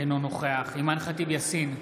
אינו נוכח אימאן ח'טיב יאסין,